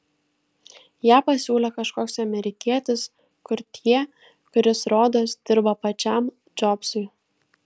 ją pasiūlė kažkoks amerikietis kurtjė kuris rodos dirba pačiam džobsui